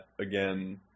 again